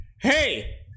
hey